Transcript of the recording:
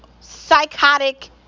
Psychotic